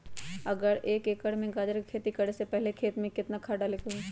अगर एक एकर में गाजर के खेती करे से पहले खेत में केतना खाद्य डाले के होई?